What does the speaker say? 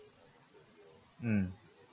mm